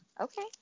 okay